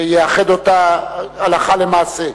שיאחד אותה הלכה למעשה.